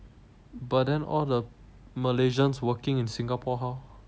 but then all the malaysians working in Singapore how